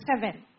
seven